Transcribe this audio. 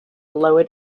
lower